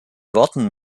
worten